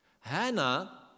Hannah